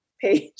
page